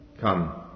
Come